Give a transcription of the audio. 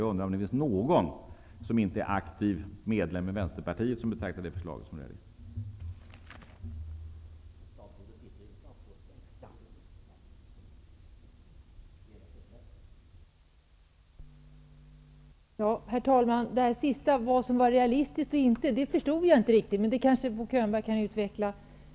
Jag undrar om det finns någon aktiv medlem i Vänsterpartiet som betraktar det här förslaget som realistiskt.